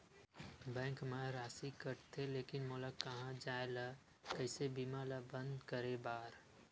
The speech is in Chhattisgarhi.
बैंक मा राशि कटथे लेकिन मोला कहां जाय ला कइसे बीमा ला बंद करे बार?